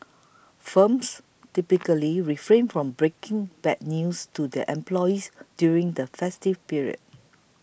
firms typically refrain from breaking bad news to their employees during the festive period